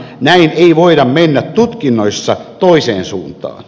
näin ei voida mennä tutkinnoissa toiseen suuntaan